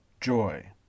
joy